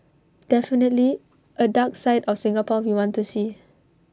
definitely A dark side of Singapore we want to see